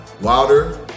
Wilder